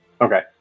Okay